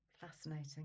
Fascinating